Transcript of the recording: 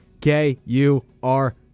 K-U-R